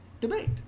debate